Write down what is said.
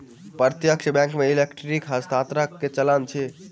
प्रत्यक्ष बैंक मे इलेक्ट्रॉनिक हस्तांतरण के चलन अछि